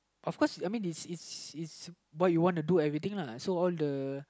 of course I mean it's it's it's what you want to do everything lah so all the